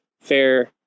fair